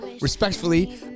respectfully